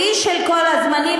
שיא של כל הזמנים,